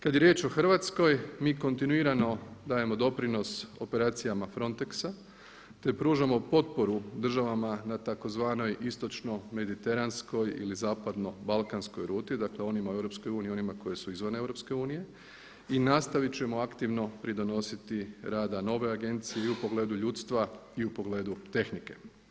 Kad je riječ o Hrvatskoj mi kontinuirano dajemo doprinos operacijama Frontex-a te pružamo potporu državama na tzv. istočno-mediteranskoj ili zapadno-balkanskoj ruti, dakle onima u EU i onima koji su izvan EU i nastavit ćemo aktivno pridonositi radu nove agencije i u pogledu ljudstva i u pogledu tehnike.